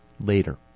later